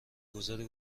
گذاری